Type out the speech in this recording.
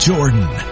Jordan